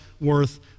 worth